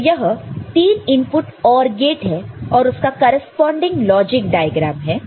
तो यह 3 input OR gate है और उसका करेस्पॉन्डिंग लॉजिक डायग्राम है